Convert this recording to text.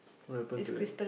what happen to it